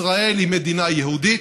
ישראל היא מדינה יהודית,